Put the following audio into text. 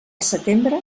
setembre